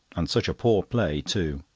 and such a poor play too.